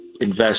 invest